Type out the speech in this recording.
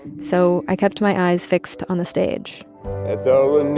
so i kept my eyes fixed on the stage that's all